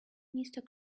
mister